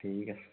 ঠিক আছে